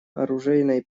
оружейной